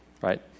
right